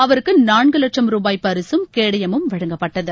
அவருக்கு நான்கு லட்சம் ரூபாய் பரிசும் கேடயமும் வழங்கப்பட்டது